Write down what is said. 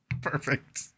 Perfect